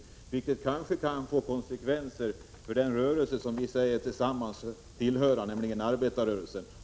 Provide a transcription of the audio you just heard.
Detta förhållande kan kanske få konsekvenser för den rörelse som vi gemensamt säger oss tillhöra, nämligen arbetarrörelsen.